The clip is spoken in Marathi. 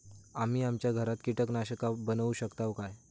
आम्ही आमच्या घरात कीटकनाशका बनवू शकताव काय?